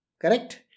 Correct